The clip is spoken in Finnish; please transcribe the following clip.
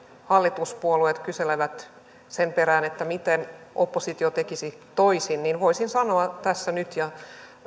hallituspuolueet kyselevät sen perään että miten oppositio tekisi toisin niin voisin sanoa tässä nyt ja